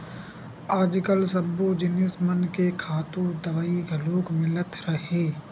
आजकाल सब्बो जिनिस मन के खातू दवई घलोक मिलत हे